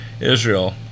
Israel